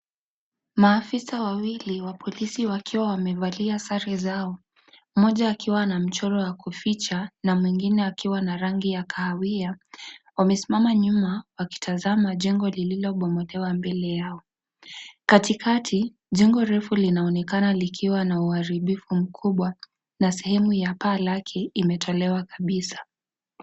Maafisa wawili wa polisi wakiwa wamevalia sare zao. Mmoja akiwa na mchoro wa kuficha na mwingine akiwa na rangi ya kahawia. Wamesimama nyuma wakitazama jengo lililobomolewa mbele yao. Kati kati, jengo refu linaonekana likiwa na uharibifu mkubwa na sehemu ya paa lake imetolewa kabisa.